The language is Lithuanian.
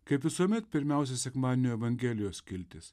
kaip visuomet pirmiausia sekmadienio evangelijos skiltis